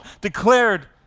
declared